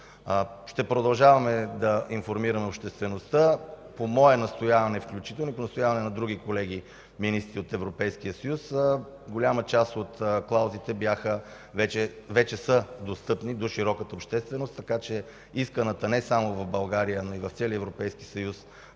Ще продължаваме да информираме обществеността. По мое настояване, включително и по настояване на други колеги министри от Европейския съюз, голяма част от клаузите вече са достъпни на широката общественост, така че исканата не само в България, но и в целия Европейски съюз